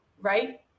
right